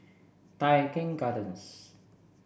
Tai Keng Gardens